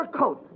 coat